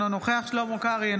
אינו נוכח שלמה קרעי,